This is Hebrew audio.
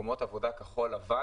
מקומות עבודה כחול-לבן,